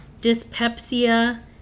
dyspepsia